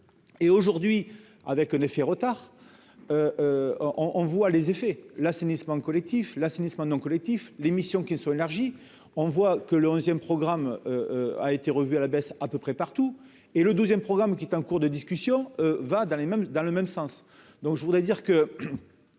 et aujourd'hui, avec un effet retard on on voit les effets l'assainissement collectif l'assainissement non collectif, l'émission qui soit élargi, on voit que le onzième programme a été revu à la baisse à peu près partout et le 2ème programme qui est en cours de discussion va dans les mêmes dans le même sens, donc je voudrais dire que